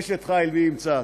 אשת חיל מי ימצא.